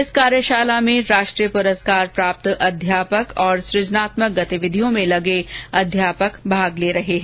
इस कार्यशाला में राष्ट्रीय पुरस्कार प्राप्त अध्यापक और सुजनात्मक गतिविधियों में लगे अध्यापक भाग ले रहे हैं